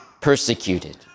persecuted